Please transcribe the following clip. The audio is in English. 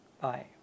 Bye